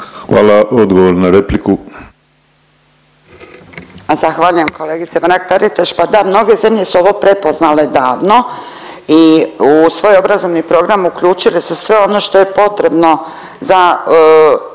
prvo odgovor na repliku,